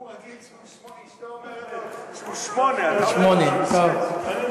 הוא רגיל שאשתו אומרת לו שהוא 8. אתה אומר שהוא 6. אני,